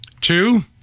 Two